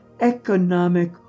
economic